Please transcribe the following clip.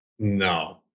No